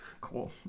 Cool